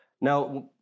Now